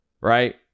right